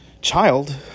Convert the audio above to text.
child